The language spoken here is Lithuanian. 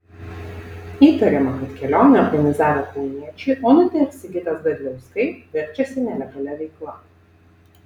įtariama kad kelionę organizavę kauniečiai onutė ir sigitas gadliauskai verčiasi nelegalia veikla